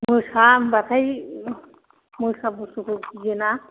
मोसा होनबाथाय मोसाफोरखौ गियोना